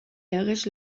legez